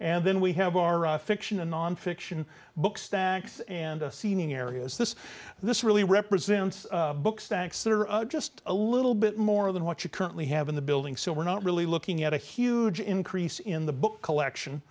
and then we have our fiction and nonfiction books stacks and a seeming areas this this really represents book stacks that are just a little bit more than what you currently have in the building so we're not really looking at a huge increase in the book collection